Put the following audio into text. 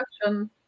question